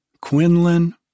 Quinlan